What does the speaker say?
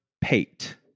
Pate